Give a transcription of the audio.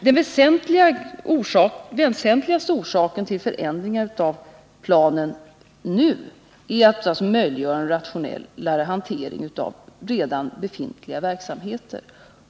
Den väsentligaste orsaken till förändringen i planen nu är att man vill möjliggöra en mera rationell hantering av redan befintliga verksamheter.